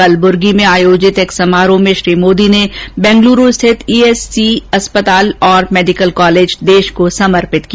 कलब्र्गी में आयोजित एक समारोह में श्री मोदी ने बेंगलुरू स्थित ई एस आई सी अस्पताल और मेडिकल कॉलेज देश को समर्पित किया